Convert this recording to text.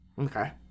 Okay